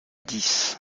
dix